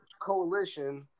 coalition